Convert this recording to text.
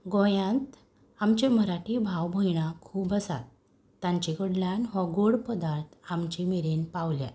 गोंयांत आमचे मराठी भाव भयणां खूब आसात तांचे कडल्यान हो गोड पदार्थ आमचे मेरेन पावल्यात